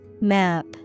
Map